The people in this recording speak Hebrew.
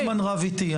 רוטמן רב איתי,